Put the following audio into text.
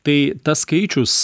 tai tas skaičius